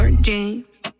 jeans